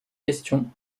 questions